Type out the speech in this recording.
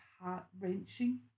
heart-wrenching